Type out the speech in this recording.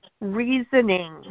reasoning